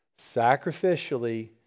Sacrificially